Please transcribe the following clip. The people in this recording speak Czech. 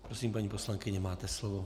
Prosím, paní poslankyně, máte slovo.